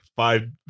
Five